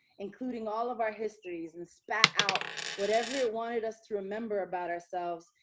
including all of our histories, and spat out whatever it wanted us to remember about ourselves,